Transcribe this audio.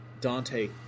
Dante